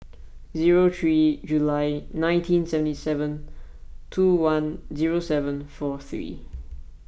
zero three July nineteen seventy seven two one zero seven four three